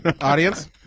audience